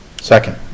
Second